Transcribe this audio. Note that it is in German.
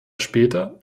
später